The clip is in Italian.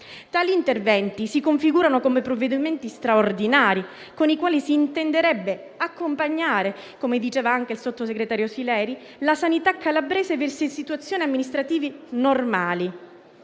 Tali interventi si configurano come provvedimenti straordinari, con i quali si intenderebbe accompagnare, come diceva anche il vice ministro Sileri, la sanità calabrese verso situazioni amministrative normali.